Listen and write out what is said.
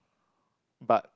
but